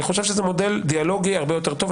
אני חושב שזה מודל דיאלוגי הרבה יותר טוב,